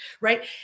Right